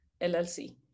LLC